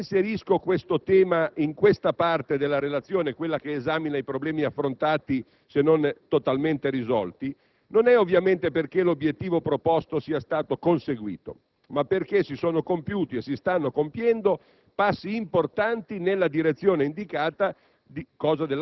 Se inserisco questo tema in questa parte della relazione - quella che esamina i problemi affrontati, se non totalmente risolti - non è ovviamente perché l'obiettivo proposto sia stato conseguito, ma perché si sono compiuti e si stanno compiendo passi importanti nella direzione indicata,